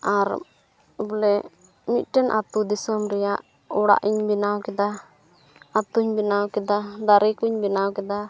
ᱟᱨ ᱵᱚᱞᱮ ᱢᱤᱫᱴᱮᱱ ᱟᱹᱛᱩ ᱫᱤᱥᱚᱢ ᱨᱮᱭᱟᱜ ᱚᱲᱟᱜ ᱤᱧ ᱵᱮᱱᱟᱣ ᱠᱮᱫᱟ ᱟᱹᱛᱩᱧ ᱵᱮᱱᱟᱣ ᱠᱮᱫᱟ ᱫᱟᱨᱮ ᱠᱚᱧ ᱵᱮᱱᱟᱣ ᱠᱮᱫᱟ